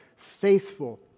Faithful